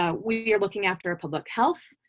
ah we we are looking after our public health,